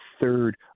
third